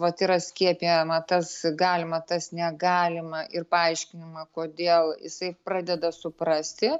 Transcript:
vat yra skiepijama tas galima tas negalima ir paaiškinama kodėl jisai pradeda suprasti